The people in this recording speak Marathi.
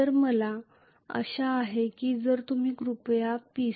तर मला आशा आहे की जर तुम्ही कृपया पी